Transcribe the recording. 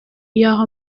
yaho